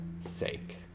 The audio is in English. sake